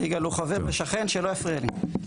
יגאל הוא חבר ושכן, שלא יפריע לי.